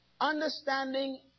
understanding